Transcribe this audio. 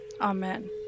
Amen